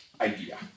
idea